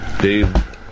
Dave